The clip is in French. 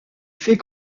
fait